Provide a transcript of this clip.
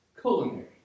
culinary